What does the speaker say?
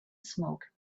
smoke